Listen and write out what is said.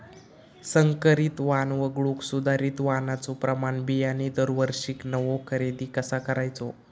संकरित वाण वगळुक सुधारित वाणाचो प्रमाण बियाणे दरवर्षीक नवो खरेदी कसा करायचो?